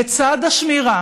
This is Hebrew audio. בצד השמירה